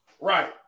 Right